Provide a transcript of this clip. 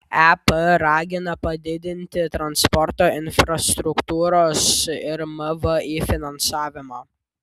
ep ragina padidinti transporto infrastruktūros ir mvį finansavimą